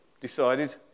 decided